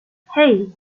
hei